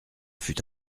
fut